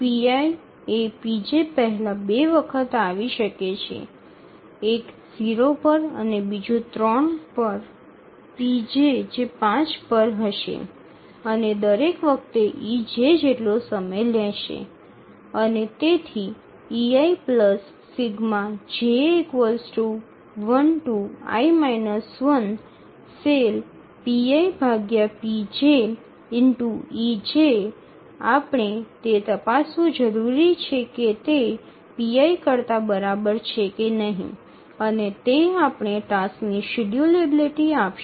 pi એ pj પહેલા ૨ વખત આવી શકે છે એક 0 પર અને બીજું 3 પર pj જે ૫ પર હશે અને દરેક વખતે ej જેટલો સમય લેશે અને તેથી ei ⌈ ⌉∗ej આપણે તે તપાસવું જરૂરી છે કે તે pi કરતાં બરાબર છે કે નહીં અને તે આપણે ટાસ્કની શેડ્યૂલેબિલિટી આપશે